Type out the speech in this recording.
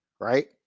right